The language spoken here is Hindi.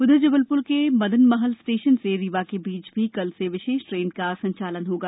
उधर जबलपुर के मदनमहल स्टेशन से रीवा के बीच भी कल से विशेष ट्रेन का संचालन होगा